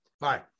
Bye